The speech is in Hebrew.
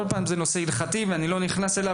אבל אני לא נכנס לזה,